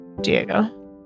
Diego